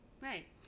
Right